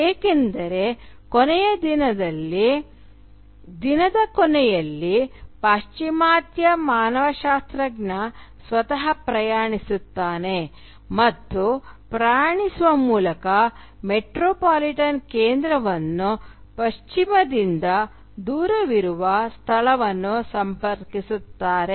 ಏಕೆಂದರೆ ದಿನದ ಕೊನೆಯಲ್ಲಿ ಪಾಶ್ಚಿಮಾತ್ಯ ಮಾನವಶಾಸ್ತ್ರಜ್ಞ ಸ್ವತಃ ಪ್ರಯಾಣಿಸುತ್ತಿದ್ದಾನೆ ಮತ್ತು ಪ್ರಯಾಣಿಸುವ ಮೂಲಕ ಮೆಟ್ರೋಪಾಲಿಟನ್ ಕೇಂದ್ರವನ್ನು ಪಶ್ಚಿಮದಿಂದ ದೂರವಿರುವ ಸ್ಥಳವನ್ನು ಸಂಪರ್ಕಿಸುತ್ತಾರೆ